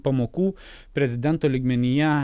pamokų prezidento lygmenyje